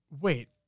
Wait